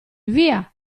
via